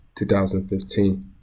2015